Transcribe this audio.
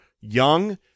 young